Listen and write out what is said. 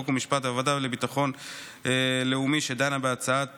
חוק ומשפט והוועדה לביטחון לאומי שדנה בהצעת